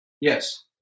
Yes